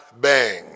Bang